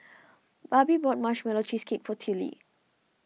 Barbie bought Marshmallow Cheesecake for Tillie